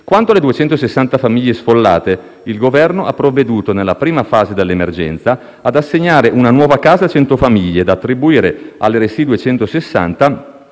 Quanto alle 260 famiglie sfollate, il Governo ha provveduto, nella prima fase dell'emergenza, ad assegnare una nuova casa a cento famiglie e ad attribuire alle residue